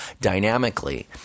dynamically